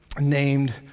named